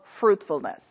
fruitfulness